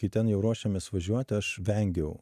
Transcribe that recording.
kai ten jau ruošėmės važiuoti aš vengiau